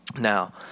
Now